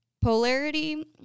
Polarity